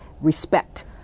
respect